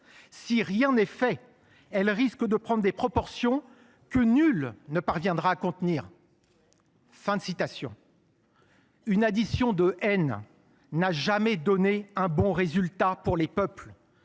Si rien n’est fait, elle risque de prendre des proportions que nul ne parviendra à contenir. » Une addition de haines n’a jamais donné un bon résultat pour les peuples.